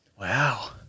wow